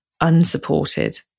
unsupported